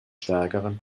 stärkeren